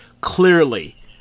clearly